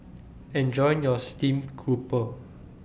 Enjoy your Stream Grouper